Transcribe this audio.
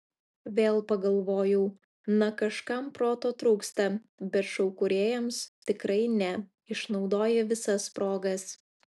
vėl pagalvojau na kažkam proto trūksta bet šou kūrėjams tikrai ne išnaudoja visas progas